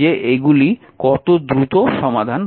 যে এগুলি কত দ্রুত সমাধান করা যায়